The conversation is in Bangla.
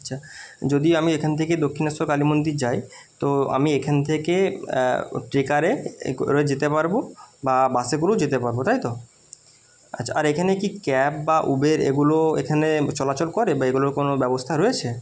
আচ্ছা যদি আমি এখান থেকে দক্ষিণেশ্বর কালী মন্দির যাই তো আমি এখান থেকে ট্রেকারে করে যেতে পারবো বা বাসে করেও যেতে পারবো তাই তো আচ্ছা আর এখানে কি ক্যাব বা উবের এগুলো এখানে চলাচল করে বা এগুলোর কোনো ব্যবস্থা রয়েছে